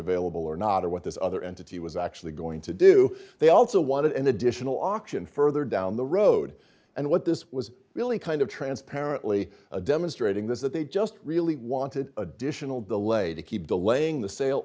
available or not or what this other entity was actually going to do they also wanted an additional auction further down the road and what this was really kind of transparently demonstrating this that they just really wanted additional delay to keep